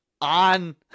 on